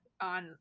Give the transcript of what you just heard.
on